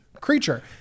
creature